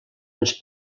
ens